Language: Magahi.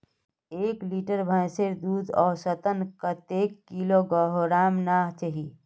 एक लीटर भैंसेर दूध औसतन कतेक किलोग्होराम ना चही?